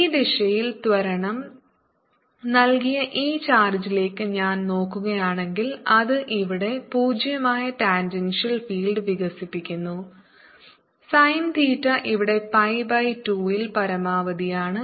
ഈ ദിശയിൽ ത്വരണം നൽകിയ ഈ ചാർജിലേക്ക് ഞാൻ നോക്കുകയാണെങ്കിൽ അത് ഇവിടെ പൂജ്യമായ ടാൻജൻഷ്യൽ ഫീൽഡ് വികസിപ്പിക്കുന്നു സൈൻ തീറ്റ ഇവിടെ പൈ ബൈ 2 ൽ പരമാവധി ആണ്